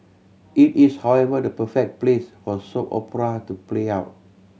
it is however the perfect place for soap opera to play out